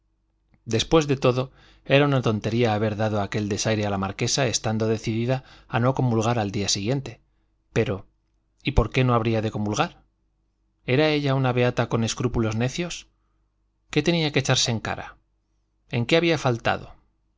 después de todo era una tontería haber dado aquel desaire a la marquesa estando decidida a no comulgar al día siguiente pero y por qué no había de comulgar era ella una beata con escrúpulos necios qué tenía que echarse en cara en qué había faltado